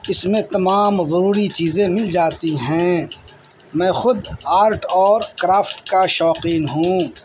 اس میں تمام ضروری چیزیں مل جاتی ہیں میں خود آرٹ اور کرافٹ کا شوقین ہوں